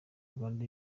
uganda